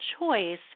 choice